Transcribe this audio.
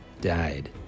died